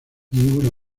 ninguna